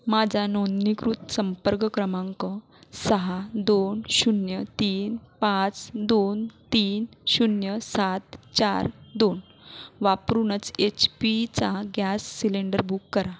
माझा नोंदणीकृत संपर्क क्रमांक सहा दोन शून्य तीन पाच दोन तीन शून्य सात चार दोन वापरूनच एच पीचा गॅस सिलेंडर बुक करा